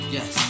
Yes